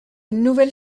nouvelle